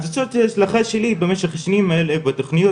אז זאת היא ההצלחה שלי במשך השנים האלה בתוכניות